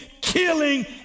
killing